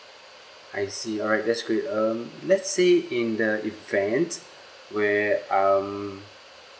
I see alright that's great um let's say in the event where um